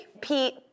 Pete